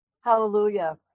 Hallelujah